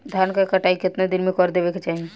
धान क कटाई केतना दिन में कर देवें कि चाही?